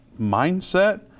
mindset